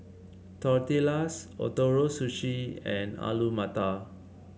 Tortillas Ootoro Sushi and Alu Matar